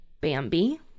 Bambi